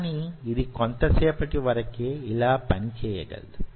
కాని యిది కొంతసేపటి వరకే యిలా పని చేయగలదు